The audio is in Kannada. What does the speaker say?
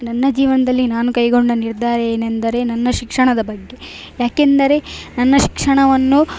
ನನ್ನ ಜೀವನದಲ್ಲಿ ನಾನು ಕೈಗೊಂಡ ನಿರ್ಧಾರ ಏನೆಂದರೆ ನನ್ನ ಶಿಕ್ಷಣದ ಬಗ್ಗೆ ಯಾಕೆಂದರೆ ನನ್ನ ಶಿಕ್ಷಣವನ್ನು